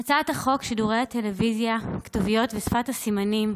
הצעת החוק שידורי טלוויזיה (כתוביות ושפת סימנים)